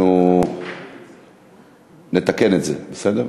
אנחנו נתקן את זה, בסדר?